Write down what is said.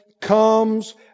comes